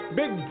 big